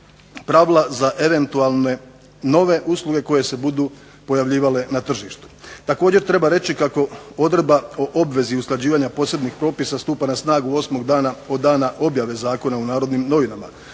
pravila za eventualne nove usluge koje se budu pojavljivale na tržištu. Također, treba reći kako Odredba o obvezi usklađivanja posebnih propisa stupa na snagu osmog dana od dana objave zakona u Narodnim novinama